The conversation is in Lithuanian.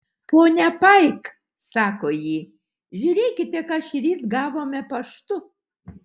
ponia paik sako ji žiūrėkite ką šįryt gavome paštu